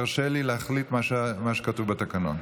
תרשה לי להחליט מה שכתוב בתקנון.